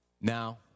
Now